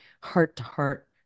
heart-to-heart